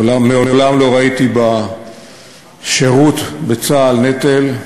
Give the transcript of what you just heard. מעולם לא ראיתי בשירות בצה"ל נטל,